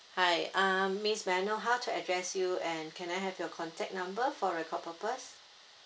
hi uh miss may I know how to address you and can I have your contact number for record purpose